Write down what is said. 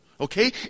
Okay